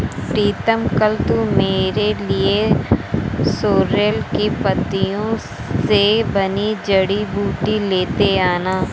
प्रीतम कल तू मेरे लिए सोरेल की पत्तियों से बनी जड़ी बूटी लेते आना